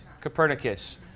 Copernicus